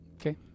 Okay